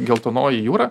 geltonoji jūra